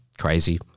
crazy